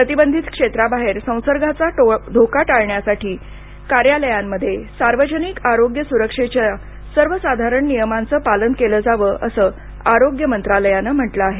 प्रतिबंधित क्षेत्राबाहेर संसर्गाचा धोका टाळण्यासाठी कार्यालयांमध्ये सार्वजनिक आरोग्य सुरक्षेच्या सर्वसाधारण नियमांचं पालन केलं जावं असं आरोग्य मंत्रालयानं म्हटलं आहे